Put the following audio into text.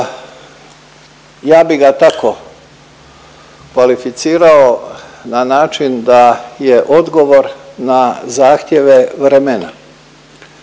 Ja bi ga tako kvalificirao na način da je odgovor na zahtjeve vremena,